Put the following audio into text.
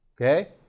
Okay